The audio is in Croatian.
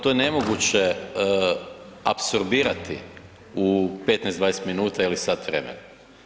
To je nemoguće apsorbirati u 15, 20 minuta ili sat vremena.